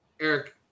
Eric